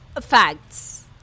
Facts